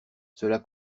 cela